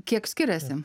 kiek skiriasi